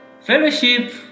FELLOWSHIP